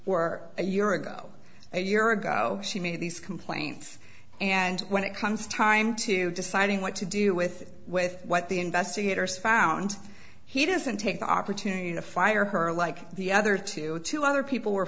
were a year ago a year ago she made these complaints and when it comes time to deciding what to do with with what the investigators found he doesn't take the opportunity to fire her like the other two with two other people were